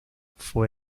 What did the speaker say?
fue